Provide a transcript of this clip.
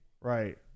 Right